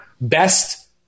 best